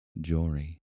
Jory